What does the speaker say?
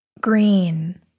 green